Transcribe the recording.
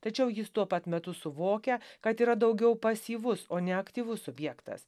tačiau jis tuo pat metu suvokia kad yra daugiau pasyvus o ne aktyvus subjektas